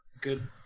Good